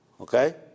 Okay